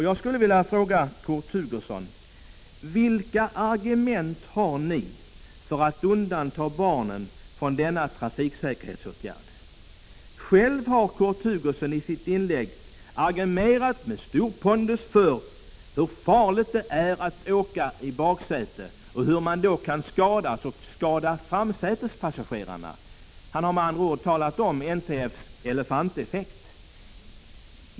Jag skulle vilja fråga Kurt Hugosson: Vilka argument har ni för att undanta barnen från denna trafiksäkerhetsåtgärd? Själv har Kurt Hugosson i sitt anförande argumenterat med stor pondus för hur farligt det är att åka i baksätet och hur man då kan skadas och skada framsätespassagerarna. Han har med andra ord talat om det som NTF kallar elefanteffekten.